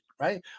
right